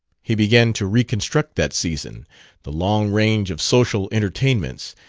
he began to reconstruct that season the long range of social entertainments,